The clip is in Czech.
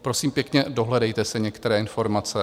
Prosím pěkně, dohledejte si některé informace.